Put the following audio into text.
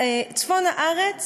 צפון הארץ